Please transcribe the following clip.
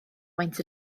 maent